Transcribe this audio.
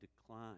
decline